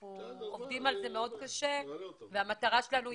אנחנו עובדים על זה קשה והמטרה שלנו,